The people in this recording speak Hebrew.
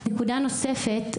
נקודה נוספת.